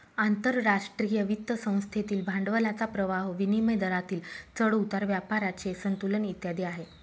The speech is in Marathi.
आंतरराष्ट्रीय वित्त संस्थेतील भांडवलाचा प्रवाह, विनिमय दरातील चढ उतार, व्यापाराचे संतुलन इत्यादी आहे